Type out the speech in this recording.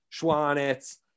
Schwanitz